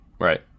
Right